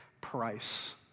price